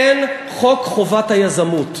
אין חוק חובת היזמות.